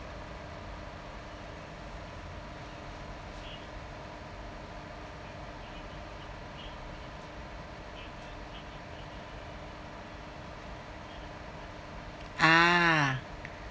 ah